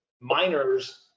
miners